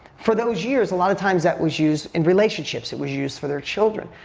for those years, a lot of times that was used in relationships. it was used for their children.